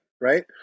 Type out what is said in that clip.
right